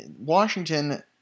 Washington